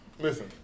Listen